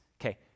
Okay